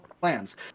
plans